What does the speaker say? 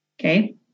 okay